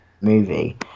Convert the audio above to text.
Movie